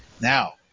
now